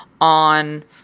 on